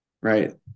right